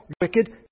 wicked